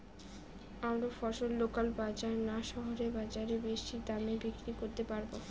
আমরা ফসল লোকাল বাজার না শহরের বাজারে বেশি দামে বিক্রি করতে পারবো?